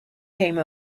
came